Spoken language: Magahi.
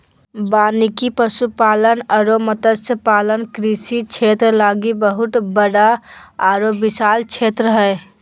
वानिकी, पशुपालन अरो मत्स्य पालन कृषि क्षेत्र लागी बहुत बड़ा आरो विशाल क्षेत्र हइ